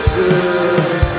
good